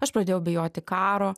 aš pradėjau bijoti karo